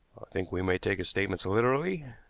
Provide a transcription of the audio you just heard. think we may take his statements literally,